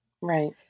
Right